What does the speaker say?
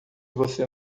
você